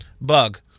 Bug